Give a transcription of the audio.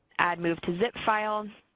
add move to zip file,